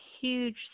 huge